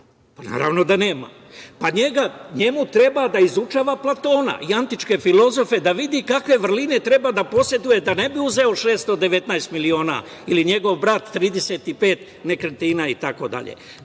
Naravno da nema. Njemu treba da izučava Platona i antičke filozofe da vidi kakve vrline treba da poseduje da ne bi uzeo 619 miliona ili njegov brat 35 nekretnina itd. Dakle,